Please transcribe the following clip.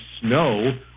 snow